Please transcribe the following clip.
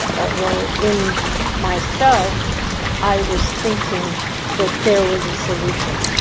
although in myself i was thinking that there was a solution.